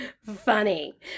funny